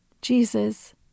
Jesus